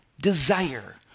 desire